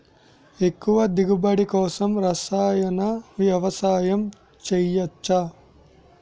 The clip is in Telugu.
ఎక్కువ దిగుబడి కోసం రసాయన వ్యవసాయం చేయచ్చ?